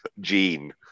gene